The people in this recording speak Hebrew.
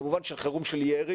כמובן של חירום של ירי,